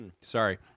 Sorry